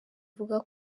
ivuga